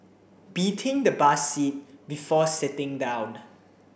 beating the bus seat before sitting down